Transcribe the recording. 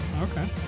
okay